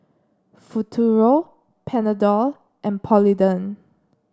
Futuro Panadol and Polident